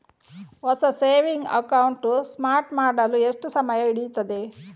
ಹೊಸ saving account start ಮಾಡಲು ಎಷ್ಟು ಸಮಯ ಹಿಡಿಯುತ್ತದೆ?